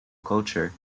culture